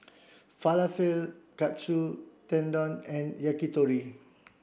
Falafel Katsu Tendon and Yakitori